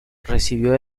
recibió